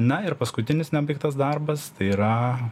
na ir paskutinis nebaigtas darbas tai yra